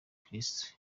kristu